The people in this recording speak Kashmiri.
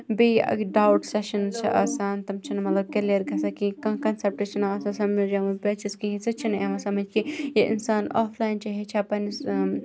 بییٚہِ ڈاوُٹ سیٚشَنٕز چھِ آسان تِم چھِنہ مَطلَب کلیَر گَژھان کِہِنۍ کانٛہہ کَنسیٚپٹ چھُنہٕ آسان سَمج یِوان بَچَس کِہِنۍ سُہ چھُنہٕ یِوان سَمج کِہِنۍ یہِ اِنسان آفلایِن چھُ ہیٚچھان پَننِس